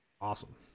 awesome